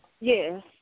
Yes